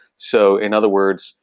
so in other words,